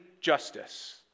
justice